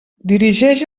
dirigeix